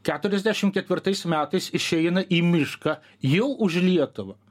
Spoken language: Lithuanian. keturiasdešim ketvirtais metais išeina į mišką jau už lietuvą